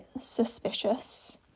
suspicious